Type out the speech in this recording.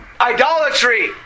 idolatry